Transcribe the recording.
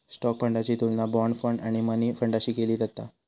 stock फंडाची तुलना bond fund आणि मनी फंडाशी केली जाता